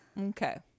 okay